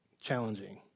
challenging